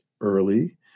early